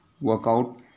workout